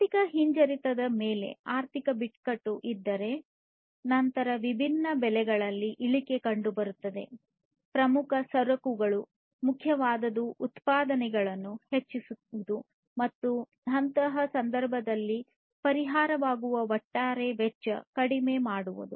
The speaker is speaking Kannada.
ಆರ್ಥಿಕ ಹಿಂಜರಿತದ ಮೇಲೆ ಆರ್ಥಿಕ ಬಿಕ್ಕಟ್ಟು ಇದ್ದರೆ ನಂತರ ವಿಭಿನ್ನ ಬೆಲೆಗಳಲ್ಲಿ ಇಳಿಕೆ ಕಂಡುಬರುತ್ತದೆ ಪ್ರಮುಖ ಸರಕುಗಳು ಮತ್ತು ಮುಖ್ಯವಾದುದು ಉತ್ಪಾದಕತೆಯನ್ನು ಹೆಚ್ಚಿಸುವುದು ಮತ್ತು ಅಂತಹ ಸಂದರ್ಭದಲ್ಲಿ ಪರಿಹಾರವಾಗುವ ಒಟ್ಟಾರೆ ವೆಚ್ಚ ಕಡಿಮೆ ಮಾಡುವುದು